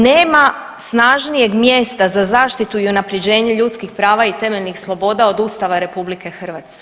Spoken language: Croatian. Nema snažnijeg mjesta za zaštitu i unaprjeđenje ljudskih prava i temeljnih sloboda od Ustava RH.